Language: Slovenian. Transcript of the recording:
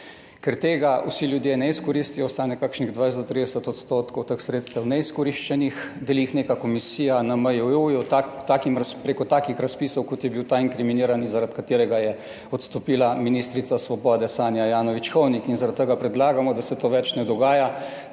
ker tega vsi ljudje ne izkoristijo, ostane kakšnih 20 do 30 % teh sredstev neizkoriščenih, deli jih neka komisija na MJU, preko takih razpisov kot je bil ta inkriminirani, zaradi katerega je odstopila ministrica svobode Sanja Ajanović Hovnik, in zaradi tega predlagamo, da se to več ne dogaja,